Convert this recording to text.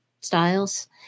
styles